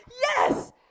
Yes